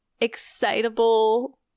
excitable